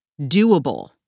doable